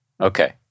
Okay